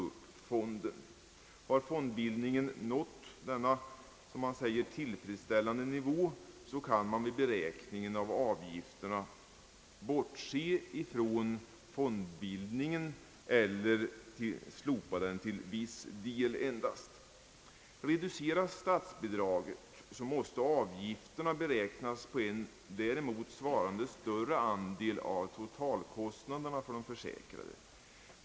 När fonden har nått en vad man kan kalla tillfredsställande nivå kan vid beräkningen av avgifterna fondmedlen minskas eller helt slopas. Reduceras statsbidraget måste avgifterna beräknas på en däremot svarande större andel av totalkostnaderna för de försäkrade.